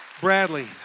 Bradley